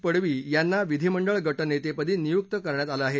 पडवी यांना विधिमंडळ गट नेतेपदी नियुक्त करण्यात आलं आहे